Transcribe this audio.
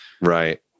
Right